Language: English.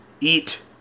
Eat